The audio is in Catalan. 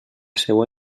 seua